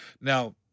Now